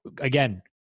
again